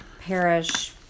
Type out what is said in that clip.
parish